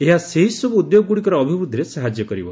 ଏହା ସେହିସବୁ ଉଦ୍ୟୋଗଗୁଡ଼ିକର ଅଭିବୃଦ୍ଧିରେ ସାହାଯ୍ୟ କରିବ